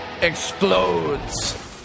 explodes